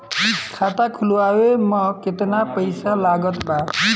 खाता खुलावे म केतना पईसा लागत बा?